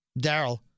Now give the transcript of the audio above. Daryl